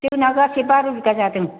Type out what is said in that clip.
जोंना गासै बार' बिघा जादों